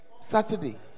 Saturday